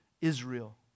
Israel